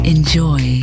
Enjoy